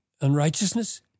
unrighteousness